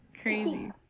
Crazy